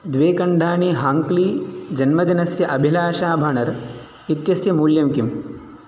द्वे खण्डानि हाङ्क्ली जन्मदिनस्य अभिलाषा बानर् इत्यस्य मूल्यं किम्